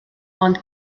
ond